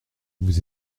vous